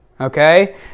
Okay